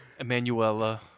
Emanuela